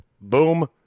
Boom